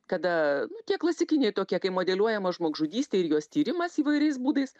kada nu tie klasikiniai tokie kai modeliuojama žmogžudystė ir jos tyrimas įvairiais būdais